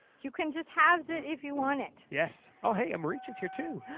you can just haves it if you want it. yes. ah hey maricha's here too.